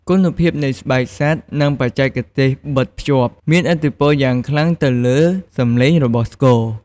គុណភាពនៃស្បែកសត្វ និងបច្ចេកទេសបិទភ្ជាប់ មានឥទ្ធិពលយ៉ាងខ្លាំងទៅលើសម្លេងរបស់ស្គរ។